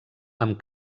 amb